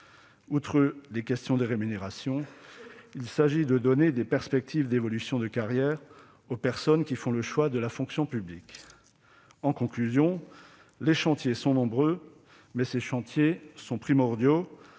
Outre la question des rémunérations, il faut donner des perspectives d'évolution de carrière aux personnes qui font le choix de la fonction publique. En conclusion, les chantiers sont nombreux, mais ils sont primordiaux